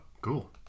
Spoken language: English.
cool